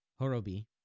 Horobi